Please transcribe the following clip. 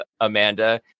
Amanda